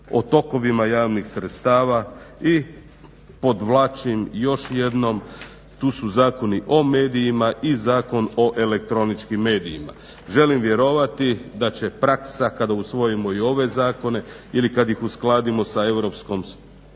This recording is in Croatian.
o tokovima javnih sredstava i podvlačim još jednom tu su Zakoni o medijima i Zakon o elektroničkim medijima. Želim vjerovati da će praksa kada usvojimo i ove zakone ili kada ih uskladimo sa